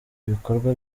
ibikorwa